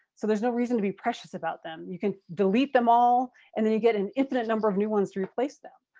so there's no reason to be precious about them. you can delete them all and then you get an infinite number of new ones to replace them.